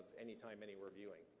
any time, any where viewing.